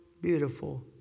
beautiful